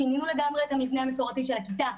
שינינו לגמרי את המבנה המסורתי של הכיתה,